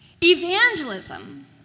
Evangelism